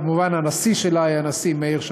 וכמובן הנשיא שלה היה הנשיא מאיר שמגר.